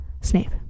Snape